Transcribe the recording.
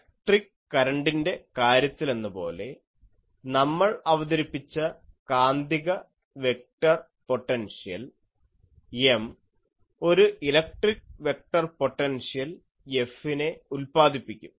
electric കരണ്ടിൻറെ കാര്യത്തിലെന്നപോലെ നമ്മൾ അവതരിപ്പിച്ച കാന്തിക വെക്ടർ പൊട്ടൻഷ്യൽ 'M' ഒരു ഇലക്ട്രിക് വെക്ടർ പൊട്ടൻഷ്യൽ 'F' നെ ഉൽപാദിപ്പിക്കും